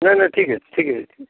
ନାଇଁ ନାଇଁ ଠିକ୍ ଅଛି ଠିକ୍ ଅଛି